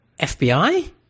FBI